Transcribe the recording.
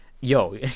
Yo